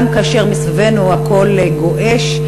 גם כאשר מסביבנו הכול גועש,